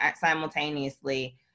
simultaneously